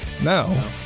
No